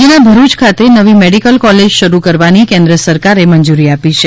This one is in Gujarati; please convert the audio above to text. રાજ્યના ભરૂચ ખાતે નવી મેડીકલ કોલેજ શરૂ કરવાની કેન્દ્ર સરકારે મંજુરી આપી છે